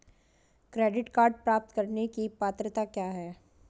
Credit card प्राप्त करने की पात्रता क्या है?